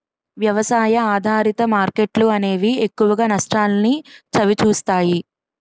వ్యవసాయ ఆధారిత మార్కెట్లు అనేవి ఎక్కువగా నష్టాల్ని చవిచూస్తాయి